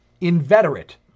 inveterate